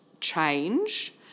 change